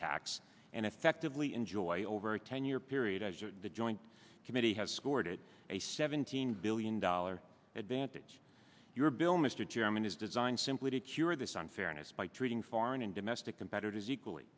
tax and effectively enjoy over a ten year period as the joint committee has scored it a seventeen billion dollar advantage your bill mr chairman is designed simply to cure this unfairness by treating foreign and domestic competitors equally